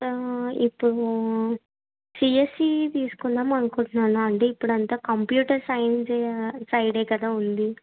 ఇప్పుడూ సిఎస్ఈ తీసుకుందామని అనుకుంటున్నానండి ఇక్కడ అంతా కంప్యూటర్ సైన్చె సైడే కదా ఉంది